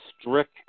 strict